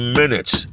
minutes